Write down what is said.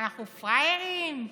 אנחנו פראיירים?